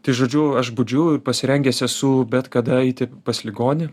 tai žodžiu aš budžiu ir pasirengęs esu bet kada eiti pas ligonį